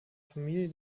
familie